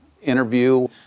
interview